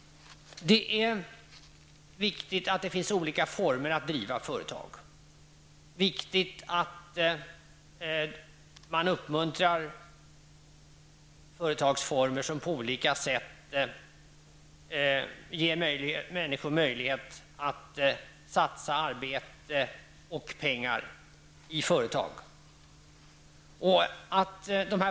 Det är viktigt att företag kan drivas i olika former, och det är också viktigt att man uppmuntrar företagsformer som på olika sätt ger människor möjlighet att satsa arbete och pengar.